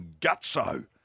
Gutso